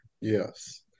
Yes